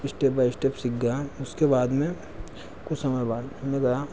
step by step सीख गया उसके बाद में कुछ समय बाद मैं गया